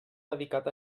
dedicat